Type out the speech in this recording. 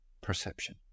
perception